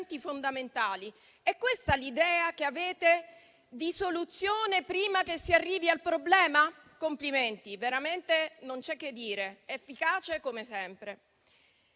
fondamentali: è questa l'idea che avete di soluzione prima che si arrivi al problema? Complimenti! Veramente non c'è che dire: efficace come sempre.